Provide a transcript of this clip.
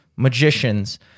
magicians